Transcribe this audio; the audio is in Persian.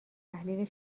تحلیل